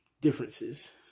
differences